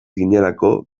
ginelako